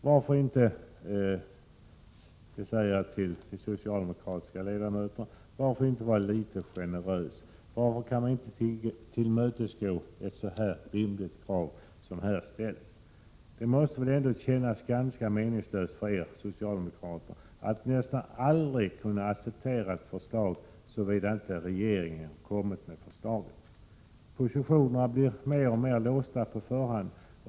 Jag vill säga till de socialdemokratiska ledamöterna: Varför inte vara litet generösa? Varför kan man inte tillmötesgå ett så rimligt krav som det som här ställs? Det måste väl kännas ganska meningslöst för er socialdemokrater att nästan aldrig kunna acceptera ett förslag, såvida det inte kommer från regeringen. Positionerna blir mer och mer låsta på förhand.